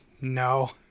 No